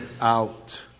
out